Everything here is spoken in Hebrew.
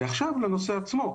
ועכשיו לנושא עצמו.